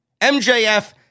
MJF